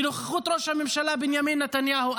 בנוכחות ראש הממשלה בנימין נתניהו,